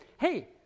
hey